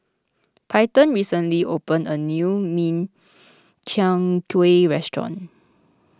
Peyton recently opened a new Min Chiang Kueh restaurant